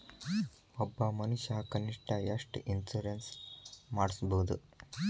ಒಬ್ಬ ಮನಷಾ ಕನಿಷ್ಠ ಎಷ್ಟ್ ಇನ್ಸುರೆನ್ಸ್ ಮಾಡ್ಸ್ಬೊದು?